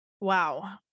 Wow